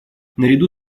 наряду